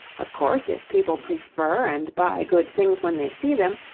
of course, if people prefer and buy good things when they see them,